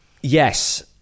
Yes